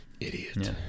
idiot